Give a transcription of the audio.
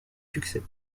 succès